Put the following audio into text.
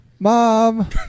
Mom